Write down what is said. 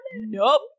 nope